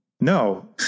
No